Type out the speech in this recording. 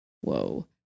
Whoa